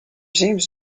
seems